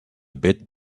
bit